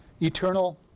Eternal